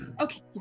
Okay